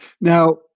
now